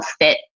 fit